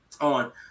on